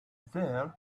there